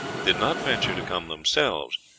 did not venture to come themselves,